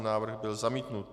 Návrh byl zamítnut.